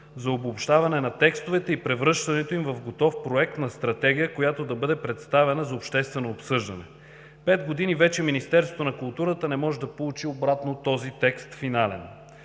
за обобщаване на текстовете и превръщането им в готов проект на Стратегия, която да бъде представена за обществено обсъждане. Пет години вече Министерството на културата не може да получи обратно този финален